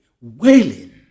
wailing